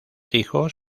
hijos